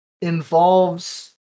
involves